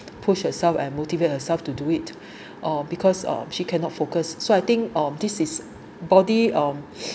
push herself and motivate herself to do it or because uh she cannot focus so I think of this body um